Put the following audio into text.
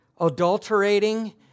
adulterating